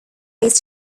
based